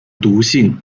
毒性